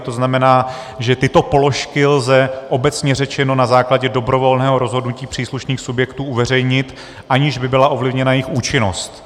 To znamená, že tyto položky lze, obecně řečeno, na základě dobrovolného rozhodnutí příslušných subjektů uveřejnit, aniž by byla ovlivněna jejich účinnost.